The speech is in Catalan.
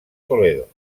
toledo